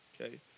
Okay